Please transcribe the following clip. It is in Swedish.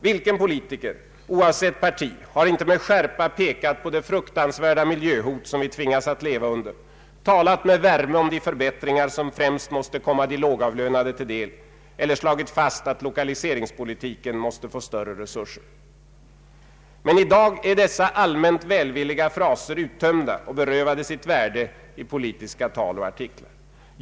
Vilken politiker, oavsett parti, har inte med skärpa pekat på det fruktansvärda miljöhot vi tvingas leva under, talat med värme om de förbättringar som främst måste komma de lågavlönade till del eller slagit fast att lokaliseringspolitiken måste få större resurser? Men i dag är dessa allmänt välvilliga fraser uttömda och berövade sitt värde i politiska tal och artiklar.